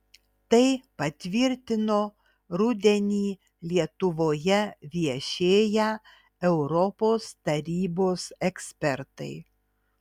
tai patvirtino rudenį lietuvoje viešėję europos tarybos ekspertai